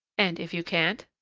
and if you can't?